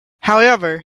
however